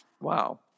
Wow